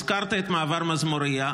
הזכרת את מעבר מזמוריה.